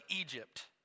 Egypt